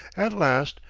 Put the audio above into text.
at last,